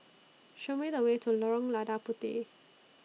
Show Me The Way to Lorong Lada Puteh